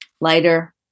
lighter